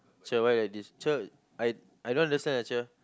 cher why you like this cher I I don't understand lah cher